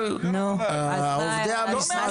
אבל עובדי המשרד לא קשורים?